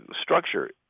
structure